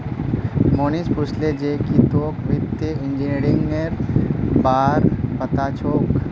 मोहनीश पूछले जे की तोक वित्तीय इंजीनियरिंगेर बार पता छोक